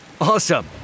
Awesome